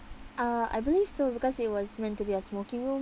uh I believe so because it was meant to be a smoking room